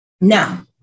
Now